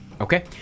Okay